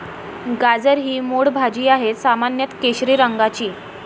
गाजर ही मूळ भाजी आहे, सामान्यत केशरी रंगाची